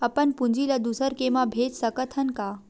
अपन पूंजी ला दुसर के मा भेज सकत हन का?